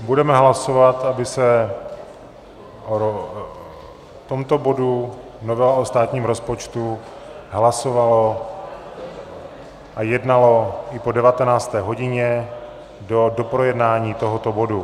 Budeme hlasovat, aby se o tomto bodu, novela o státním rozpočtu, hlasovalo a jednalo i po 19. hodině do projednání tohoto bodu.